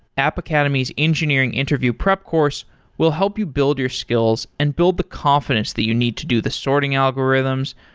app academy's engineering interview prep course will help you build your skills and build the confidence that you need to do the sorting algorithms,